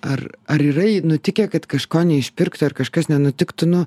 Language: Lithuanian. ar ar yra nutikę kad kažko neišpirktų ar kažkas nenutiktų nu